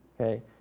okay